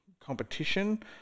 competition